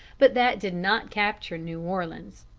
but that did not capture new orleans.